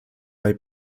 drei